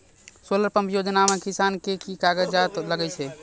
Solar pump योजना म किसान के की कागजात लागै छै?